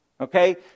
Okay